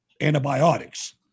antibiotics